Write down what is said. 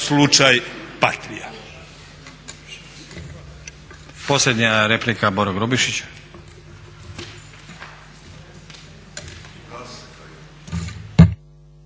slučaj Patria?